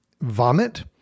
vomit